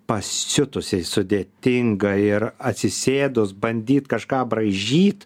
pasiutusiai sudėtinga ir atsisėdus bandyt kažką braižyt